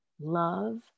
love